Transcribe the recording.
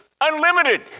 unlimited